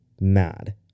mad